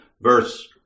verse